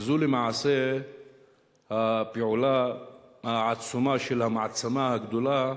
וזו למעשה הפעולה העצומה של המעצמה הגדולה,